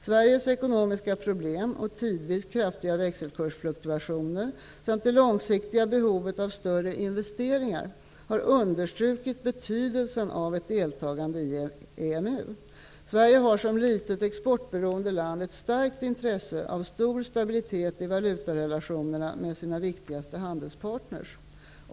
Sveriges ekonomiska problem och tidvis kraftiga växelkursfluktuationer samt det långsiktiga behovet av större investeringar har understrukit betydelsen av ett deltagande i EMU. Sverige har som litet exportberoende land ett starkt intresse av stor stabilitet i valutarelationerna med sina viktigaste handelspartner.